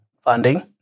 Funding